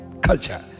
culture